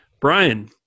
Brian